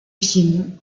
piémont